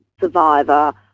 Survivor